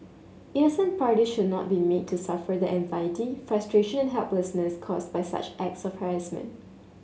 innocent party should not be made to suffer the anxiety frustration and helplessness caused by such acts of harassment